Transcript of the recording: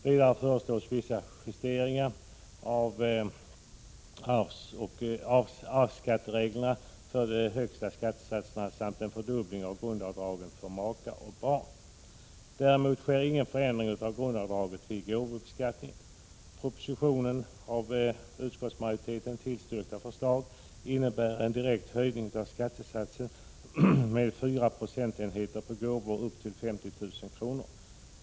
Vidare föreslås vissa justeringar av arvsskattereglerna vad gäller de högsta skattesatserna samt en fördubbling av grundavdragen för maka och barn. Däremot sker ingen förändring av grundavdraget vid gåvobeskattningen. Propositionens av utskottsmajoriteten tillstyrkta förslag innebär en direkt höjning av skattesatsen med 4 procentenheter på gåvor upp till 50 000 kr.